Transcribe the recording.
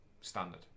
Standard